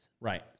Right